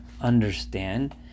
understand